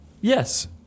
Yes